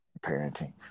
parenting